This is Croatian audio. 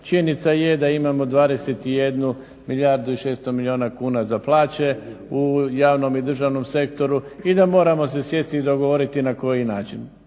činjenica je da imamo 21 milijardu i 600 milijuna kuna za plaće u javnom i državnom sektoru i da moramo se sjesti i dogovoriti na koji način.